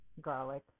garlic